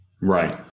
Right